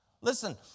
Listen